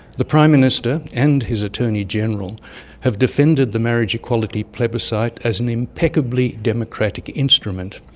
the prime minister and his attorney-general have defended the marriage equality plebiscite as an impeccably democratic instrument.